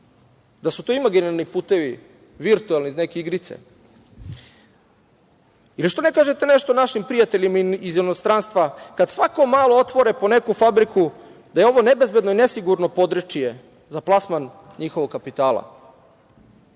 da su to imaginarni putevi, virtuelni iz neke igrice? Zašto ne kažete našim prijateljima iz inostranstva kad svako malo otvore po neku fabriku, da je ovo nebezbedno i nesigurno područje za plasman njihovog kapitala.